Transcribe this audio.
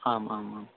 आम् आम् आम्